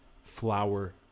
flower